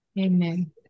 Amen